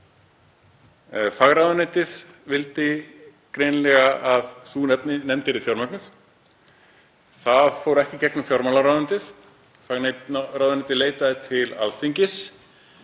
Fagráðuneytið vildi greinilega að sú nefnd yrði fjármögnuð. Það fór ekki í gegnum fjármálaráðuneytið, fagráðuneytið leitaði til Alþingis